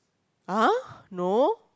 !huh! no